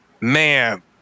man